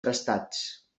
prestats